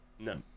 No